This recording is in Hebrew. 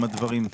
הדברים.